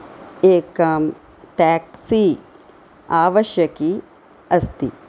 एकां टेक्सी आवश्यकी अस्ति